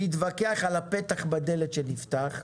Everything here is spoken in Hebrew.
להתווכח על הפתח בדלת שנפתח,